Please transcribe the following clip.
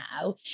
now